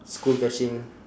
school catching